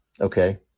okay